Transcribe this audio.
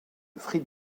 free